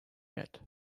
yet